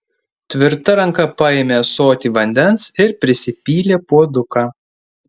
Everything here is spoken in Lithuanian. tvirta ranka paėmė ąsotį vandens ir prisipylė puoduką